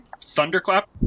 thunderclap